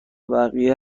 بقیه